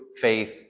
faith